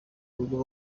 uburyo